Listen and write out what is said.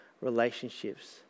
relationships